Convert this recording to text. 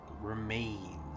remains